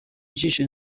ijisho